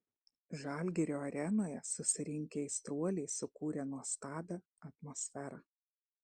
žalgirio arenoje susirinkę aistruoliai sukūrė nuostabią atmosferą